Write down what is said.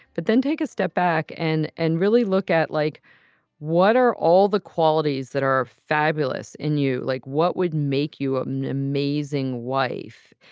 but then take a step back and and really look at like what are all the qualities that are fabulous in you? like what would make you ah an amazing wife?